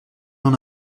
dans